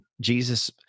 Jesus